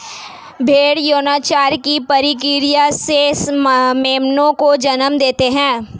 भ़ेड़ यौनाचार की प्रक्रिया से मेमनों को जन्म देते हैं